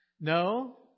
No